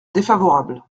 défavorable